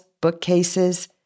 bookcases